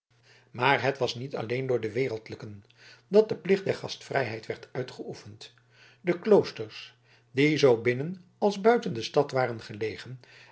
maar het was niet alleen door wereldlijken dat de plicht der gastvrijheid werd uitgeoefend de kloosters die zoo binnen als buiten de stad waren gelegen